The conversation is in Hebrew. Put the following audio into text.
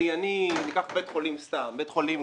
ניקח לדוגמה סתם בית חולים,